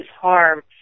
harm